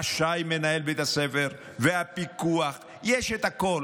רשאי מנהל בית הספר והפיקוח, יש את הכול.